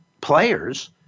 players